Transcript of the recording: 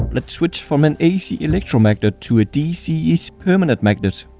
let's switch from an ac electro magnet to a dc'-ish permanent magnet.